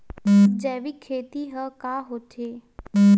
जैविक खेती ह का होथे?